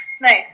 Nice